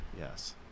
Yes